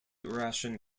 ration